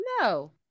No